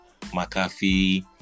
mcafee